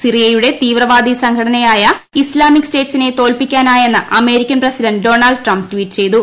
സിറിയയുടെ തീവ്രവാദി സംഘടനയായ ഇസ്ലാമിക് സ്റ്റേറ്റ്സിനെ തോൽപ്പിക്കാനായെന്ന് American president Donald Trump tweet ചെയ്തു